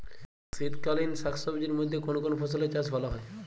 শীতকালীন শাকসবজির মধ্যে কোন কোন ফসলের চাষ ভালো হয়?